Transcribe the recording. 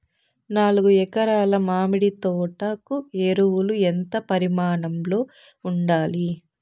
నాలుగు ఎకరా ల మామిడి తోట కు ఎరువులు ఎంత పరిమాణం లో ఉండాలి?